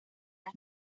las